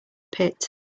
pit